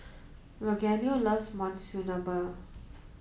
Rogelio loves Monsunabe